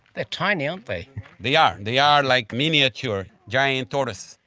they are tiny, aren't they. they are, they are like miniature giant tortoise.